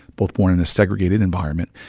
both born in a segregated environment,